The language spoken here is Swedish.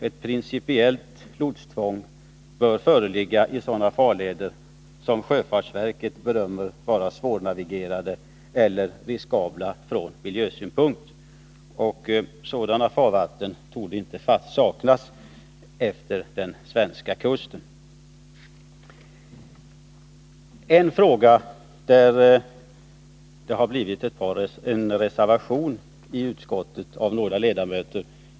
Ett principiellt lotstvång bör föreligga i sådana farleder som sjöfartsverket bedömer vara svårnavigerade eller riskabla från miljösyn punkt. Sådana torde inte saknas utefter den svenska kusten. I en fråga har några utskottsledamöter reserverat sig.